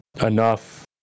enough